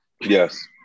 Yes